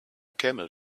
camel